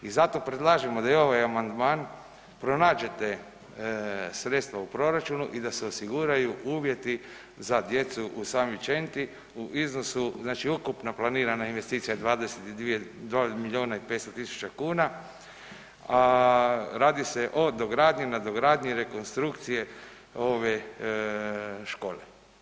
I zato predlažemo da i za ovaj amandman pronađete sredstva u proračunu i da se osiguraju uvjeti za djecu u Svetvinčenti u iznosu, znači ukupno planirana investicija 22 milijona i 500 tisuća kuna, a radi se o dogradnji, nadogradnji rekonstrukcije ove škole.